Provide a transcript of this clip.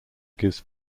gives